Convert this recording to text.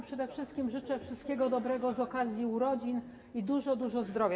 Przede wszystkim życzę wszystkiego dobrego z okazji urodzin i dużo, dużo zdrowia.